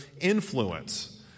influence